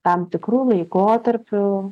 tam tikru laikotarpiu